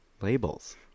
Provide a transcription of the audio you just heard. labels